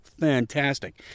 Fantastic